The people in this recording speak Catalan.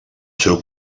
seu